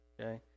okay